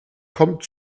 kommt